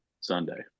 Sunday